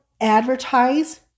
advertise